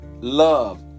love